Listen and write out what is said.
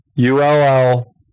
ULL